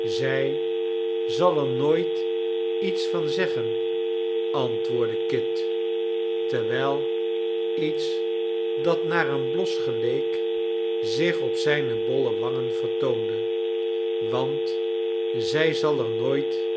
zij zal ernooitiets van zeggen antwoordde kit terwijl iets dat naar een bios geleek zich op zijne bolle wangen vertoonde want zij zal er nooit